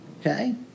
Okay